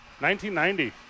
1990